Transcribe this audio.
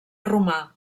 romà